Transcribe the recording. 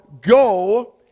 go